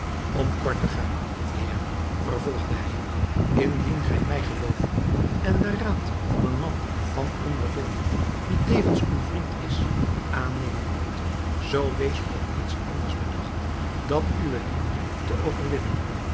om kort te gaan heer vervolgde hij indien gij mij gelooven en den raad van een man van ondervinding die tevens uw vriend is aannemen wilt zoo wees op niets anders bedacht dan uwe liefde te overwinnen